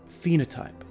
phenotype